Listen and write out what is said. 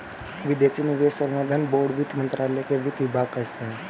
विदेशी निवेश संवर्धन बोर्ड वित्त मंत्रालय के वित्त विभाग का हिस्सा है